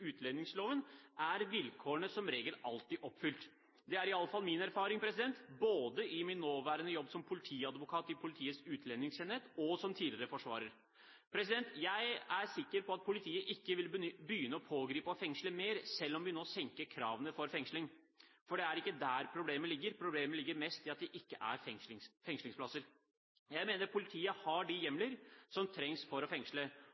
utlendingsloven, er vilkårene som regel alltid oppfylt. Det er i alle fall min erfaring, både i min nåværende jobb som politiadvokat i Politiets utlendingsenhet og som tidligere forsvarer. Jeg er sikker på at politiet ikke vil begynne å pågripe og fengsle mer selv om vi nå senker kravene for fengsling, for det er ikke der problemet ligger. Problemet ligger mest i at det ikke er fengselsplasser. Jeg mener politiet har de hjemler som trengs for å fengsle,